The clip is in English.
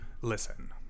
listen